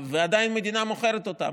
ועדיין המדינה מוכרת אותן,